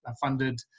funded